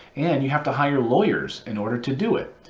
and you have to hire lawyers in order to do it.